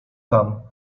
tam